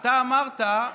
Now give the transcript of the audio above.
אתה אמרת: